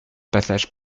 passage